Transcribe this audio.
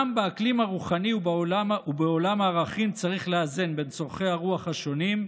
גם באקלים הרוחני ובעולם הערכים צריך לאזן בין צורכי הרוח השונים,